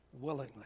willingly